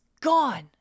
gone